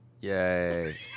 Yay